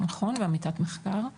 ועמיתת מחקר במכון.